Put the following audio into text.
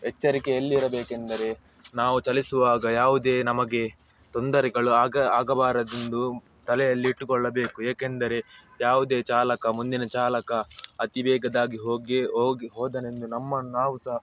ಎಚ್ಚರಿಕೆ ಎಲ್ಲಿರಬೇಕೆಂದರೆ ನಾವು ಚಲಿಸುವಾಗ ಯಾವುದೇ ನಮಗೆ ತೊಂದರೆಗಳು ಆಗ ಆಗಬಾರದೆಂದು ತಲೆಯಲ್ಲಿಟ್ಟುಕೊಳ್ಳಬೇಕು ಏಕೆಂದರೆ ಯಾವುದೇ ಚಾಲಕ ಮುಂದಿನ ಚಾಲಕ ಅತಿವೇಗವಾಗಿ ಹೋಗಿ ಹೋಗಿ ಹೋದನೆಂದು ನಮ್ಮ ನಾವು ಸಹ